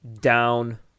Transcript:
down